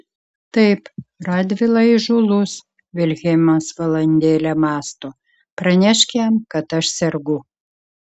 taip radvila įžūlus vilhelmas valandėlę mąsto pranešk jam kad aš sergu